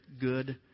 good